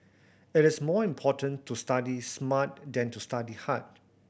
it is more important to study smart than to study hard